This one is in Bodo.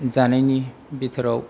जानायनि बिथोराव